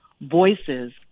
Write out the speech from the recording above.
voices